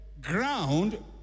ground